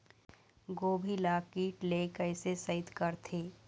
गोभी ल कीट ले कैसे सइत करथे?